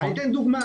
אני אתן דוגמה,